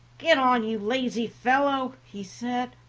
get on, you lazy fellow, he said,